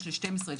מ-6 ל-12,